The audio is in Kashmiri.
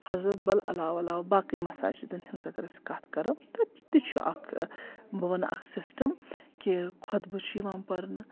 حضرت بل علاوٕ علاوٕ باقٕے مَساجِدن ہٕنٛز اگر أسۍ کَتھ کَرو تَتہِ چھُ اَکھ بہٕ وَنہٕ اَکھ سِسٹَم کہِ خۄطبہٕ چھُ یِوان پَرنہٕ